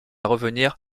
revenir